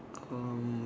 um